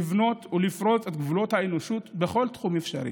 לבנות ולפרוץ את גבולות האנושות בכל תחום אפשרי?